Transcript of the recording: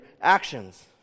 actions